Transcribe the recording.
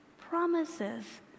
promises